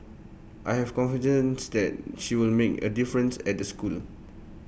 I have confidence that she will make A difference at the school